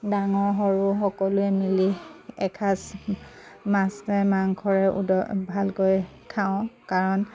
ডাঙৰ সৰু সকলোৱে মিলি এসাঁজ মাছে মাংসই উদৰ ভালকৈ খাওঁ কাৰণ